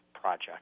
Project